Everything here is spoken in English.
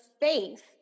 faith